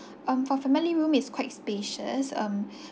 um for family room it's quite spacious um